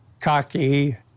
cocky